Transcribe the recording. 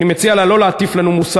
אני מציע לה לא להטיף לנו מוסר.